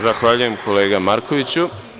Zahvaljujem, kolega Markoviću.